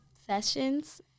sessions